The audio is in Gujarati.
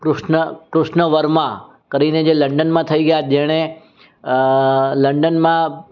કૃષ્ણ કૃષ્ણ વર્મા કરીને જે લંડનમાં થઈ ગયા જેણે લંડનમાં